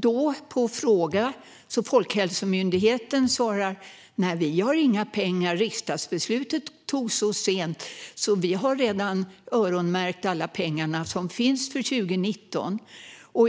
På en fråga svarade Folkhälsomyndigheten att man inte har några pengar och att riksdagsbeslutet togs så sent att man redan har öronmärkt alla pengar som finns för 2019, men